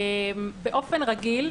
באופן רגיל,